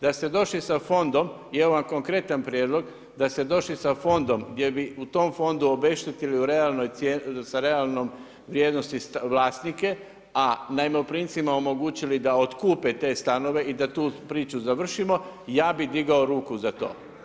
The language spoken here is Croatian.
Da ste došli sa fondom i evo vam konkretan prijedlog, da ste došli sa fondom gdje bi u tom fondu obeštetili u realnom vrijednosti vlasnike, a najmoprimcima omogućili da otkupe te stanove i da tu priču završimo, ja bi digao ruku za to.